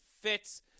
fits